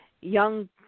young